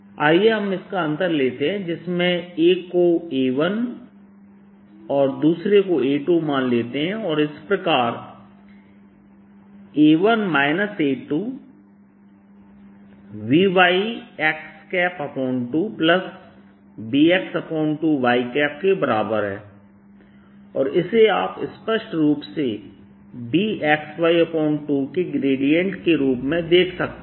आइए हम इसका अंतर लेते हैं जिसमें एक को A1 और दूसरे को A2मान लेते हैं और इस प्रकार A1 A2 By2xBx2y के बराबर है और इसे आप स्पष्ट रूप से Bxy2 के ग्रेडियंट के रूप में देख सकते हैं